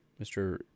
Mr